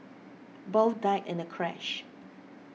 both died in the crash